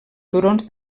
turons